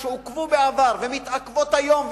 עוכבו בעבר ומתעכבות היום,